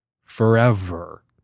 forever